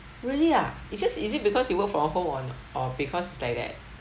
really ah it's just is it because you work from home or or because it's like that